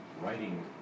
writing